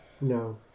No